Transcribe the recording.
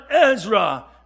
Ezra